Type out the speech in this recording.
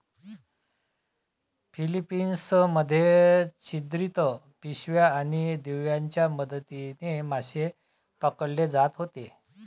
Philippines मध्ये छिद्रित पिशव्या आणि दिव्यांच्या मदतीने मासे पकडले जात होते